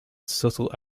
subtle